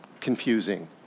confusing